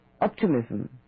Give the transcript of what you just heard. optimism